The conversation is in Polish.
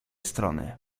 strony